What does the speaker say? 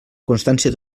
constància